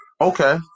Okay